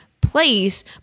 place